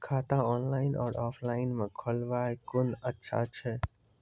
खाता ऑनलाइन और ऑफलाइन म खोलवाय कुन अच्छा छै?